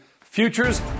futures